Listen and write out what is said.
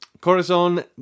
Corazon